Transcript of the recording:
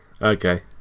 Okay